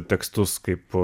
tekstus kaip